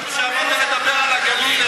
חשבנו שעברנו לדבר על הגליל.